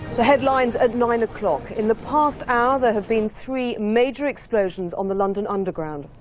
the headlines at nine o'clock. in the past hour there have been three major explosions on the london underground.